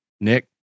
Nick